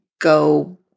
go